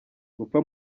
gupfa